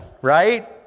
right